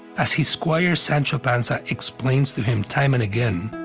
as his squire sancho panza explains to him time and again,